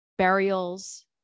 burials